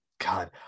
God